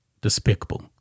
despicable